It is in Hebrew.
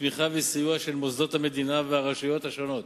תמיכה וסיוע של מוסדות המדינה והרשויות השונות